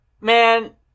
man